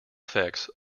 effects